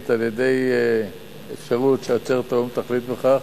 על-ידי אפשרות שעצרת האו"ם תחליט מחר,